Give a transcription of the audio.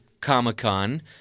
Comic-Con